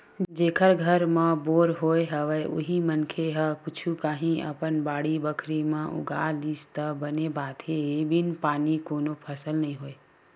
जेखर घर म बोर होय हवय उही मनखे मन ह कुछु काही अपन बाड़ी बखरी म उगा लिस त बने बात हे बिन पानी कोनो फसल नइ होय